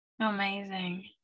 Amazing